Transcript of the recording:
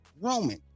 roman